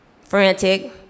frantic